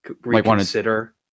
reconsider